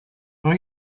are